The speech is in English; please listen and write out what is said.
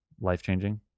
life-changing